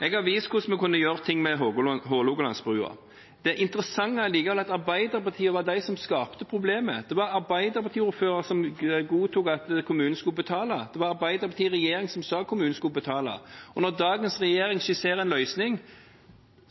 Jeg har vist hvordan vi kunne gjøre det med Hålogalandsbrua. Det interessante er likevel at Arbeiderpartiet var de som skapte problemet. Det var arbeiderpartiordførere som godtok at kommunen skulle betale, det var Arbeiderpartiet i regjering som sa at kommunen skulle betale. Og når dagens regjering skisserer en løsning,